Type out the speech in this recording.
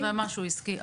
טוב, זה משהו עסקי.